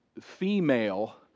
female